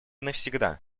навсегда